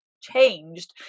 changed